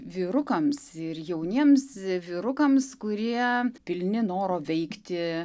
vyrukams ir jauniems vyrukams kurie pilni noro veikti